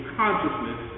consciousness